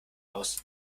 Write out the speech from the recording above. aus